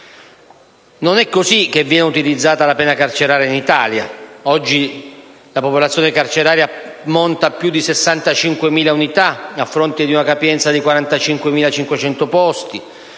Non è così che viene utilizzata la pena carceraria in Italia. Oggi, la popolazione carceraria ammonta a più di 65.000 unità, a fronte di una capienza di 45.500 posti;